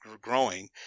growing